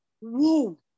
Whoa